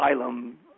asylum